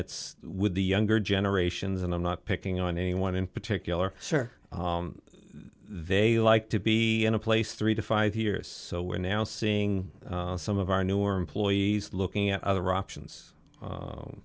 it's with the younger generations and i'm not picking on anyone in particular they like to be in a place three to five years so we're now seeing some of our newer employees looking at other options